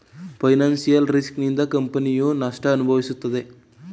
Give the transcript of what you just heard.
financial risk ನಿಂದ ಕಂಪನಿಯು ನಷ್ಟ ಅನುಭವಿಸುತ್ತೆ